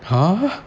!huh!